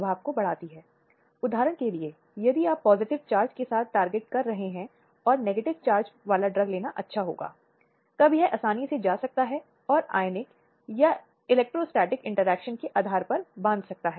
इसलिए बलात्कार जबरन गिरफ़्त या किसी महिला द्वारा उसकी सहमति के बिना बल भय या धोखाधड़ी के संकेत देता है